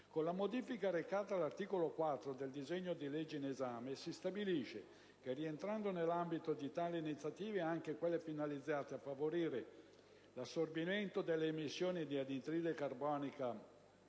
3 del Testo della Commissione del disegno di legge in esame si stabilisce che rientrano nell'ambito di tali iniziative anche quelle finalizzate a favorire l'assorbimento delle emissioni di anidride carbonica